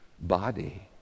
body